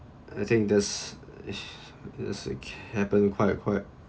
I think this i~ this it~ happen quite quite